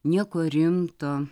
nieko rimto